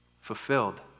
fulfilled